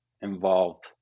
involved